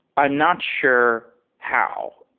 i'm not sure how.